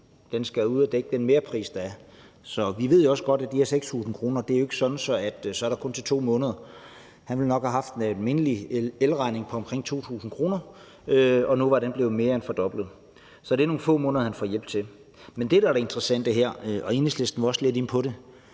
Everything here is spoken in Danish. den skal dække den merpris, der er; vi ved også godt, at det jo ikke er sådan med de her 6.000 kr., at der kun er til 2 måneder. Han ville nok have haft en almindelig elregning på omkring 2.000 kr., og nu var den blevet mere end fordoblet. Så det er nogle få måneder, han får hjælp til. Men det, der er det interessante her, Enhedslisten var også lidt inde på det,